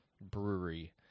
Brewery